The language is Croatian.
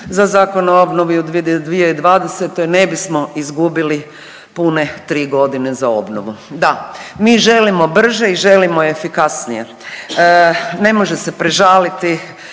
za Zakon o obnovi u 2020. ne bismo izgubili pune tri godine za obnovu. Da, mi želimo brže i želim efikasnije. Ne može se prežaliti